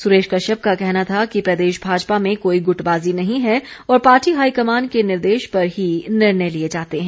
सुरेश कश्यप का कहना था कि प्रदेश भाजपा में कोई गुटबाजी नहीं है और पार्टी हाईकमान के निर्देश पर ही निर्णय लिए जाते हैं